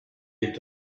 est